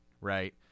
right